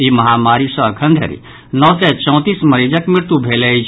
ई महामारी सँ अखन धरि नओ सय चौंतीस मरीजक मृत्यु भेल अछि